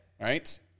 right